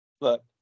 Look